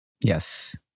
Yes